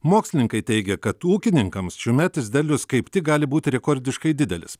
mokslininkai teigia kad ūkininkams šiųmetis derlius kaip tik gali būti rekordiškai didelis